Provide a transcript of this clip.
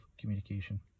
communication